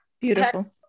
Beautiful